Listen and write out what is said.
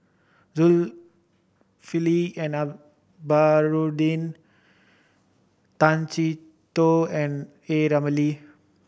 Zulkifli and Baharudin Tay Chee Toh and A Ramli